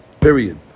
Period